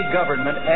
government